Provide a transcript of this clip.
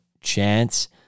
chance